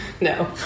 No